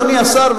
אדוני השר,